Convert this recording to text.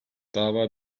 dava